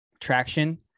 traction